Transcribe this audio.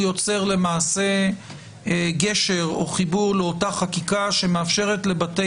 הוא יוצר למעשה גשר או חיבור לאחותה חקיקה שמאפשרת לבתי